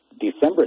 December